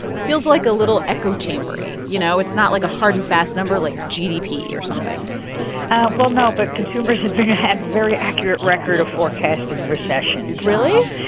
feels, like, a little echo chamber-y, you know? it's not, like, a hard-and-fast number like gdp or something well, no, but consumers have been have a very accurate record of forecasting recessions really?